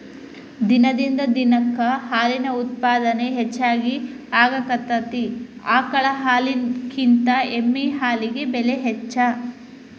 ದಿನದಿಂದ ದಿನಕ್ಕ ಹಾಲಿನ ಉತ್ಪಾದನೆ ಹೆಚಗಿ ಆಗಾಕತ್ತತಿ ಆಕಳ ಹಾಲಿನಕಿಂತ ಎಮ್ಮಿ ಹಾಲಿಗೆ ಬೆಲೆ ಹೆಚ್ಚ